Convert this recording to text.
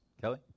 Kelly